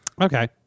Okay